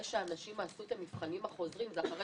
שהאנשים עשו את המבחנים החוזרים זה אחרי